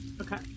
Okay